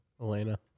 Elena